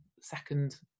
second